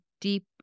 deep